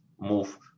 move